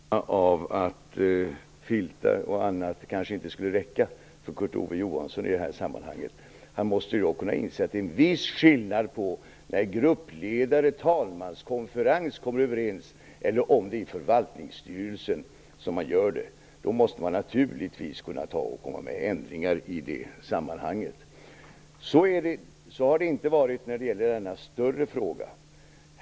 Fru talman! Jag har en bestämd känsla av att filtar och annat kanske inte skulle räcka för Kurt Ove Johansson i det här sammanhanget. Han måste kunna inse att det är en viss skillnad mellan ärenden där man kommer överens bland gruppledarna och i talmanskonferensen och frågor där man kommer överens inom förvaltningsstyrelsen. I det senare fallet måste man naturligtvis kunna komma med ändringar. Så har det inte varit när det gäller denna större fråga.